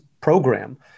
program